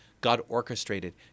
God-orchestrated